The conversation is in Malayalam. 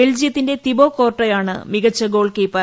ബെൽജിയത്തിന്റെ തിബോ കോർട്ടോയാണ് മികച്ച ഗോൾ കീപ്പർ